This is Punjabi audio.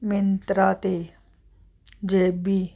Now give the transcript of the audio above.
ਮਿੰਤਰਾ 'ਤੇ ਜੇ ਬੀ